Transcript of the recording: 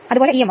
അതിനാൽ 0